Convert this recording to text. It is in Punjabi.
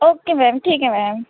ਓਕੇ ਮੈਮ ਠੀਕ ਹੈ ਮੈਮ